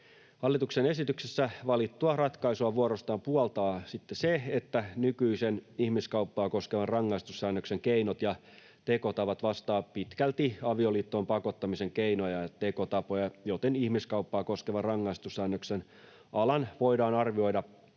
Hallituksen esityksessä valittua ratkaisua vuorostaan puoltaa se, että nykyisen ihmiskauppaa koskevan rangaistussäännöksen keinot ja tekotavat vastaavat pitkälti avioliittoon pakottamisen keinoja ja tekotapoja, joten ihmiskauppaa koskevan rangaistussäännöksen alan voidaan arvioida